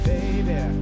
Baby